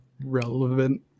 relevant